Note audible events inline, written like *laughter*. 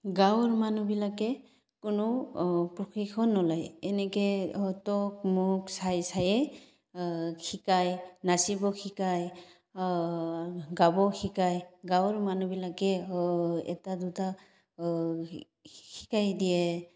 গাঁৱৰ মানুহবিলাকে কোনো প্ৰশিক্ষণ নলয় এনেকে *unintelligible* শিকায় নাচিব শিকায় গাব শিকায় গাঁৱৰ মানুহবিলাকে এটা দুটা শিকাই দিয়ে